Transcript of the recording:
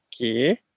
Okay